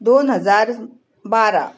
दोन हजार बारा